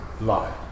lie